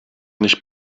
nicht